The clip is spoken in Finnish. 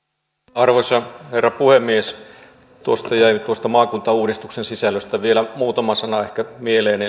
arvoisa herra puhemies tuosta maakuntauudistuksen sisällöstä jäi ehkä vielä muutama sana mieleen